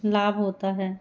लाभ होता है